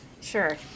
Sure